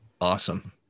awesome